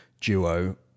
Duo